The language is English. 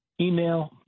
email